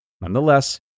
Nonetheless